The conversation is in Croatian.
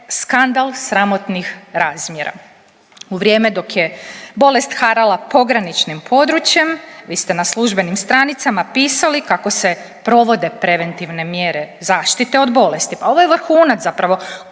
skandal sramotnih razmjera. U vrijeme dok je bolest harala pograničnim područjem vi ste na službenim stranicama pisali kako se provode preventivne mjere zaštite od bolesti, pa ovo je vrhunac zapravo